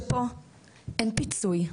עכשיו אני רק אגיד לך משהו, שפה אין פיצוי,